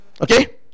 okay